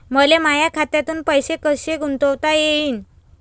मले माया खात्यातून पैसे कसे गुंतवता येईन?